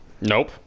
Nope